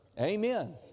Amen